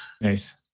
Nice